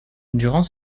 durant